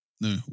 no